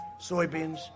soybeans